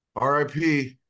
RIP